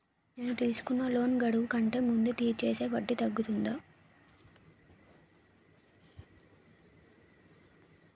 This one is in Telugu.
నేను తీసుకున్న లోన్ గడువు కంటే ముందే తీర్చేస్తే వడ్డీ తగ్గుతుందా?